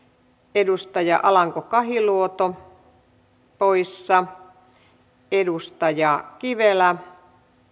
edustaja alanko kahiluoto poissa edustaja kivelä